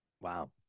Wow